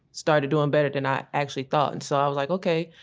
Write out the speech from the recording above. started doing better than i actually thought. and so i was like, okay,